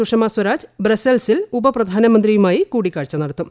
സുഷമ സ്വരാജ് ബ്രസ്സൽസ്റ്റിൽ ഉപപ്രധാനമന്ത്രിയുമായി കൂടിക്കാഴ്ച നടത്തും